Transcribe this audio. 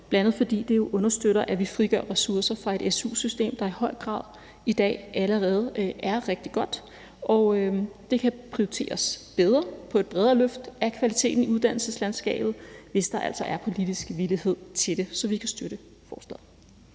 bl.a. fordi det jo understøtter, at vi frigør ressourcer fra et su-system, der i høj grad i dag allerede er rigtig godt. De kan prioriteres bedre på et bredere løft af kvaliteten i uddannelseslandskabet, hvis der altså er politiske villighed til det. Så vi kan støtte forslaget.